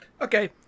Okay